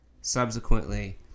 subsequently